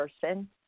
person